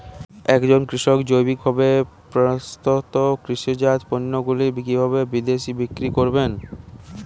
একজন কৃষক জৈবিকভাবে প্রস্তুত কৃষিজাত পণ্যগুলি কিভাবে বিদেশে বিক্রি করবেন?